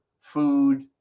food